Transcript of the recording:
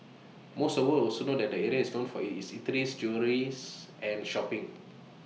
most of us would also know that the area is known for IT its eateries jewelleries and shopping